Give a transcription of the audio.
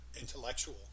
intellectual